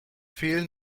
fehlen